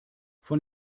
von